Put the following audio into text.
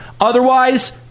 Otherwise